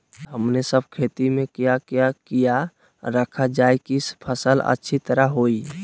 हमने सब खेती में क्या क्या किया रखा जाए की फसल अच्छी तरह होई?